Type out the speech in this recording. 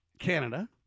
Canada